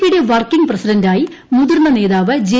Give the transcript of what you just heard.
പിയുടെ വർക്കിംഗ് പ്രസിഡന്റായി മുതിർന്ന നേതാവ് ജെ